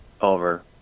over